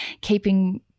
keeping